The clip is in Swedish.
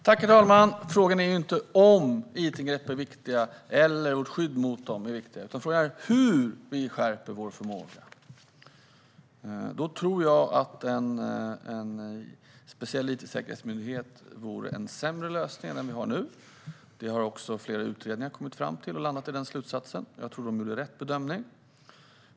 Herr talman! Frågan är inte om vårt skydd mot it-angrepp är viktigt, utan frågan är hur vi skärper vår förmåga. Då tror jag att en speciell itsäkerhetsmyndighet vore en sämre lösning än den vi har nu. Den slutsatsen har också flera utredningar landat i, och jag tror att de gjort rätt bedömning.